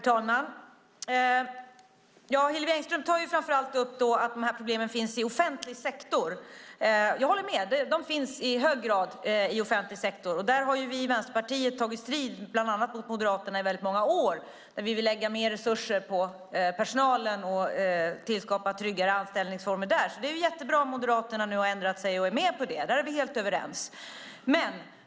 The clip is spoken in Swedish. Herr talman! Hillevi Engström tar framför allt upp att dessa problem finns i offentlig sektor. Jag håller med; de finns i hög grad i offentlig sektor, och där har vi i Vänsterpartiet tagit strid bland annat mot Moderaterna i väldigt många år. Vi vill lägga mer resurser på personalen och skapa tryggare anställningsformer där. Det är jättebra om Moderaterna nu har ändrat sig och är med på detta. Där är vi helt överens.